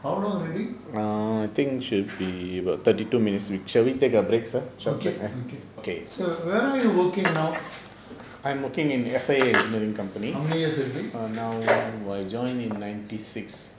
how long already okay okay so where are you working now how many years already